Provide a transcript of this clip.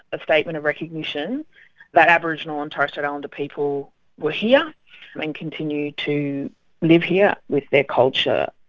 a statement of recognition that aboriginal and torres strait islander people were here and continue to live here with their culture.